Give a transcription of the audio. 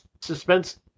suspense